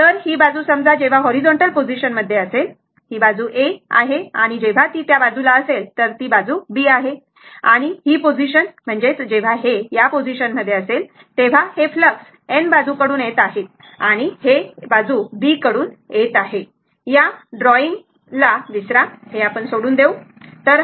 तर ही बाजू समजा जेव्हा हॉरिझॉन्टल पोझिशन मध्ये असेल ही बाजू A आहे आणि जेव्हा ती त्या बाजूला असेल तर ती बाजू B आहे बरोबर आणि ही पोझिशन जेव्हा हे या पोझिशन मध्ये असेल तेव्हा हे फ्लक्स N बाजूकडून येत आहेत आणि हे बाजू B कडून येत आहे या ड्रॉइंग ला विसरा हे आपण सोडून देऊ बरोबर